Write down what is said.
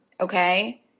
Okay